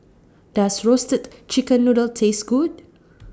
Does Roasted Chicken Noodle Taste Good